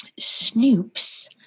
snoops